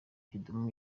kidum